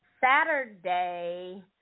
Saturday